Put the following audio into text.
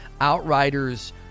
outriders